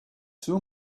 two